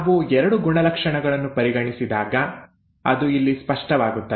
ನಾವು ಎರಡು ಗುಣಲಕ್ಷಣಗಳನ್ನು ಪರಿಗಣಿಸಿದಾಗ ಅದು ಇಲ್ಲಿ ಸ್ಪಷ್ಟವಾಗುತ್ತದೆ